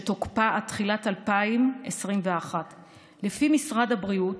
ותוקפה עד תחילת 2021. לפי משרד הבריאות,